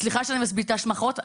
סליחה שאני משביתה שמחות.